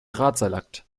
drahtseilakt